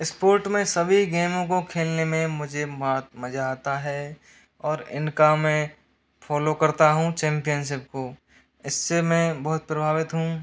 sport में सभी गेमों को खेलने में मुझे बहुत मज़ा आता है और इनका मैं फॉलो करता हूँ चैंपियनशिप को इससे मैं बहुत प्रभावित हूँ